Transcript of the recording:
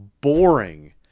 boring